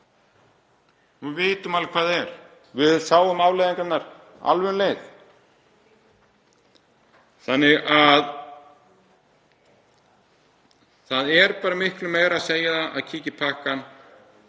Við vitum alveg hvað það er. Við sáum afleiðingarnar alveg um leið. Þannig að það er bara miklu meira en að segja það að kíkja í pakkann